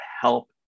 help